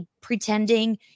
pretending